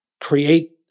create